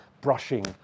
brushing